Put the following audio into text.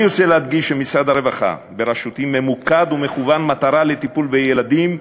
אני רוצה להדגיש שמשרד הרווחה בראשותי ממוקד ומכוון מטרה לטיפול בילדים,